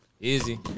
Easy